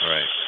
Right